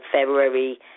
February